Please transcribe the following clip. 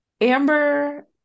Amber